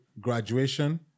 graduation